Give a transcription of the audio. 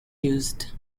used